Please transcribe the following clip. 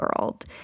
world